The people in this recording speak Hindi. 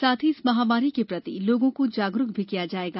साथ ही इस महामारी के प्रति लोगों को जागरूक भी किया जाएगा